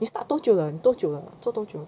你 start 多久了你多久了做多久了